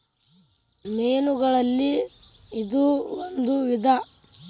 ಮೇನುಗಳಲ್ಲಿ ಇದು ಒಂದ ವಿಧಾ